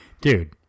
dude